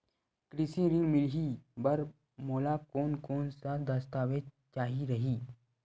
कृषि ऋण मिलही बर मोला कोन कोन स दस्तावेज चाही रही?